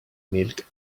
milk